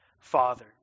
Father